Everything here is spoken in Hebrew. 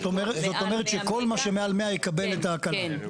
אומרת שכל מה שמעל 100 יקבל את ההקלה.